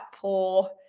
poor